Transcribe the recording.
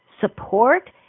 support